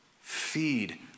Feed